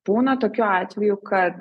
būna tokiu atveju kad